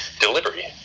delivery